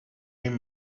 این